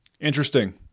Interesting